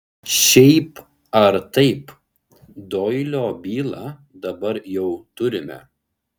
šiaip ar taip doilio bylą dabar jau turime